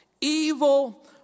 Evil